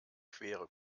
quere